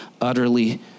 utterly